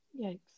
Yikes